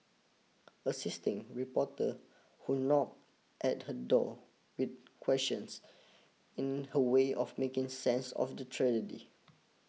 assisting reporter who knock at her door with questions in her way of making sense of the tragedy